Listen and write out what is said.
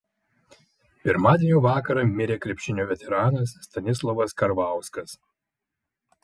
pirmadienio vakarą mirė krepšinio veteranas stanislovas karvauskas